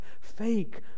fake